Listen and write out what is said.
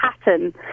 pattern